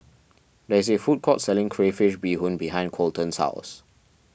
there is a food court selling Crayfish BeeHoon behind Kolton's house